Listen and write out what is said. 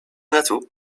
naartoe